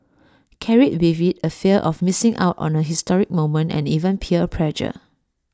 carried with IT A fear of missing out on A historic moment and even peer pressure